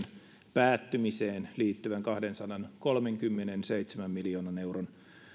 päättymiseen liittyvän kahdensadankolmenkymmenenseitsemän miljoonan euron